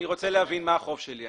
אני רוצה להבין מה החוב שלי.